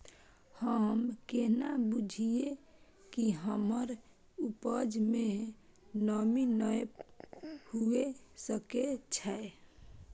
हम केना बुझीये कि हमर उपज में नमी नय हुए सके छै?